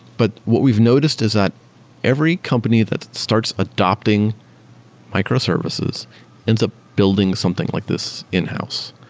but what we've noticed is that every company that starts adopting microservices ends up building something like this in-house.